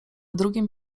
drugim